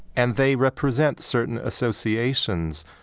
and they represent certain associations,